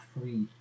free